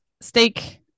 steak